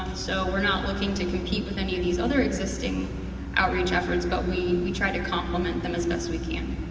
so we're not looking to compete with any of these other existing outreach efforts, but we we try to compliment them as best we can.